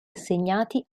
assegnati